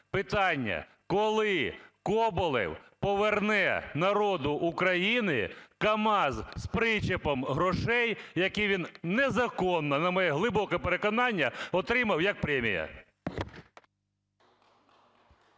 Питання. Коли Коболєв поверне народу України камаз з причепом грошей, які він незаконно, на моє глибоке переконання, отримав як премію?